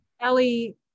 Ellie